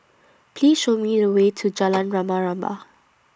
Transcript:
Please Show Me The Way to Jalan Rama Rama